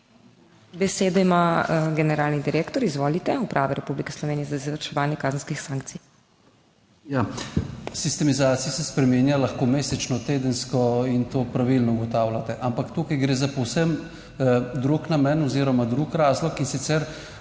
MAJCEN (generalni direktor Uprave za izvrševanje kazenskih sankcij): Ja, sistemizacija se spreminja lahko mesečno, tedensko in to pravilno ugotavljate, ampak tukaj gre za povsem drug namen oziroma drug razlog, in sicer